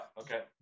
okay